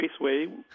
Raceway